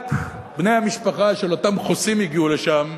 ורק בני המשפחה של אותם חוסים הגיעו לשם,